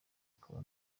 akaba